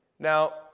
Now